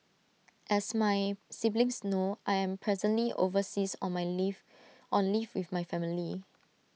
as my siblings know I am presently overseas on my leave on leave with my family